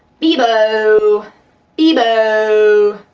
bebo bebo